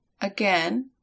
Again